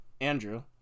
Andrew